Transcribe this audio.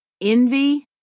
envy